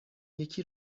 یکی